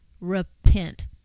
Repent